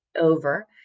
over